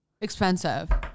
Expensive